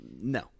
No